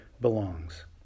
belongs